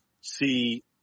see